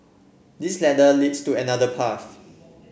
this ladder leads to another path